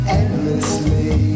endlessly